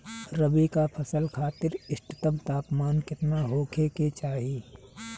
रबी क फसल खातिर इष्टतम तापमान केतना होखे के चाही?